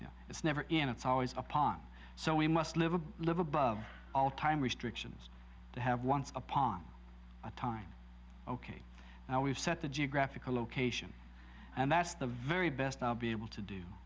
know it's never in it's always upon so we must live a live above all time restrictions to have once upon a time ok now we've set the geographical location and that's the very best i'll be able to do